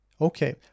Okay